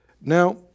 Now